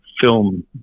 Film